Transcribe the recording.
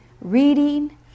reading